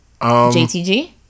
JTG